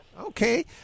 Okay